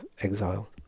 exile